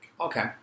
Okay